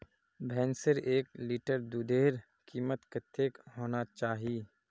भैंसेर एक लीटर दूधेर कीमत कतेक होना चही?